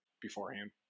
beforehand